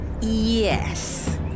Yes